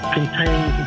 contains